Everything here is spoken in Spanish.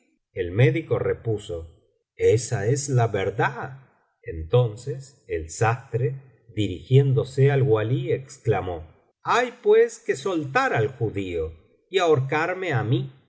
el médico repuso esa es la verdad entonces el sastre dirigiéndose al walí exclamó hay pues que soltar al judío y ahorcarme á mí